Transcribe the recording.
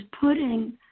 putting